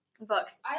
Books